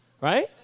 right